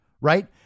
right